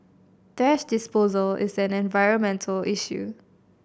thrash disposal is an environmental issue